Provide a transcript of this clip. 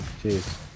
Cheers